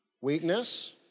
weakness